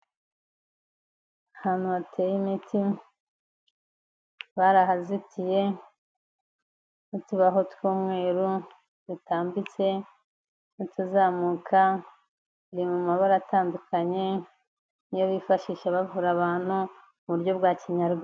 Ahantu hateye imiti, barahazitiye n'utubaho tw'umweru dutambitse n'uzamuka, iri mu mabara atandukanye iyo bifashisha bavura abantu mu buryo bwa kinyarwanda.